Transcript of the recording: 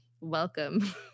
Welcome